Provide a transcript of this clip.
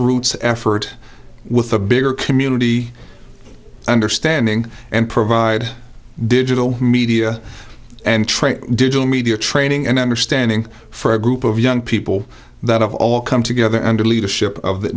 roots effort with a bigger community understanding and provide digital media and trade digital media training and understanding for a group of young people that have all come together under the leadership of the